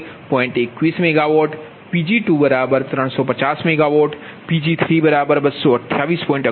21MW Pg2 350 MW Pg3 228